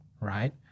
right